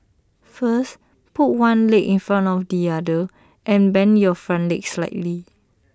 first put one leg in front of the other and bend your front leg slightly